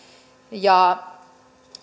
ja